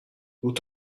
روت